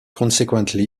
consequently